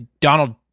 Donald